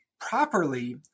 properly